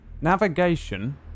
Navigation